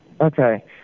Okay